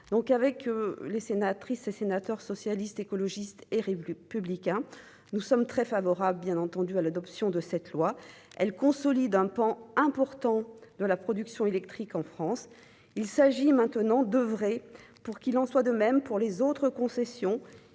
avec les sénatrices et sénateurs socialistes, écologistes et réélu Publica, nous sommes très favorables bien entendu à l'adoption de cette loi, elle consolide un pan important de la production électrique en France, il s'agit maintenant d'oeuvrer pour qu'il en soit de même pour les autres concessions